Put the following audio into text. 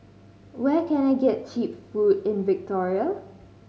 where can I get cheap food in Victoria